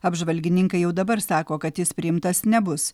apžvalgininkai jau dabar sako kad jis priimtas nebus